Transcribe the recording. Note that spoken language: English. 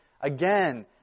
again